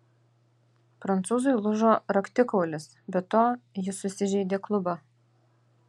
prancūzui lūžo raktikaulis be to jis susižeidė klubą